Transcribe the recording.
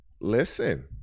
Listen